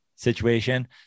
situation